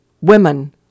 women